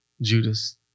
Judas